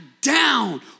down